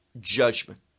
judgment